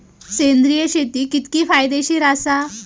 सेंद्रिय शेती कितकी फायदेशीर आसा?